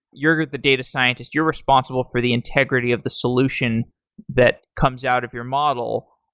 you're the data scientist. you're responsible for the integrity of the solution that comes out of your model.